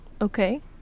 okay